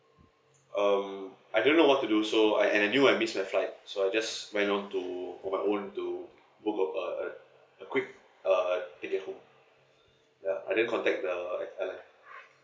um I don't know what to do so and I knew I missed my flight so I just went on to on my own to book a uh a quick uh ticket home uh I didn't contact the uh airline